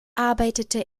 arbeitete